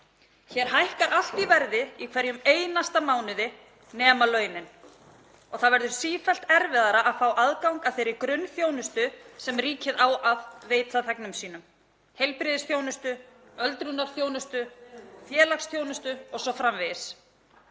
Hér hækkar allt í verði í hverjum einasta mánuði nema launin og það verður sífellt erfiðara að fá aðgang að þeirri grunnþjónustu sem ríkið á að veita þegnum sínum; heilbrigðisþjónustu, öldrunarþjónustu, félagsþjónustu o.s.frv.